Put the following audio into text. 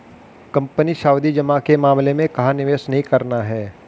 Company सावधि जमा के मामले में कहाँ निवेश नहीं करना है?